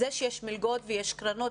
זה שיש מלגות ויש קרנות,